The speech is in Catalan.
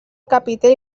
capitell